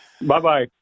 Bye-bye